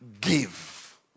give